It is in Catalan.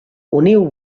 uniu